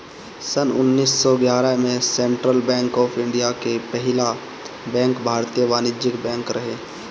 सन्न उन्नीस सौ ग्यारह में सेंट्रल बैंक ऑफ़ इंडिया के पहिला बैंक भारतीय वाणिज्यिक बैंक रहे